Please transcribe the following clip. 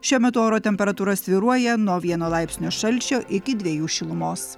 šiuo metu oro temperatūra svyruoja nuo vieno laipsnio šalčio iki dviejų šilumos